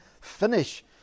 finish